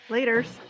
Laters